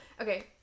Okay